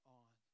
on